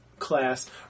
class